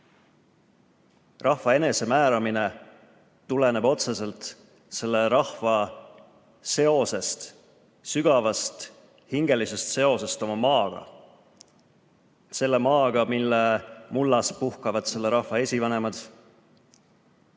Rahva enesemääramine tuleneb otseselt selle rahva sügavast hingelisest seosest oma maaga, selle maaga, mille mullas puhkavad selle rahva esivanemad,